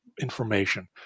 information